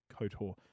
Kotor